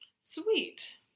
Sweet